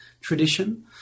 tradition